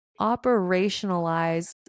operationalize